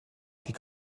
die